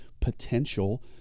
potential